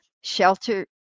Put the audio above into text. shelter